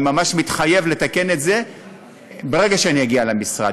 אני ממש מתחייב לתקן את זה ברגע שאני אגיע למשרד.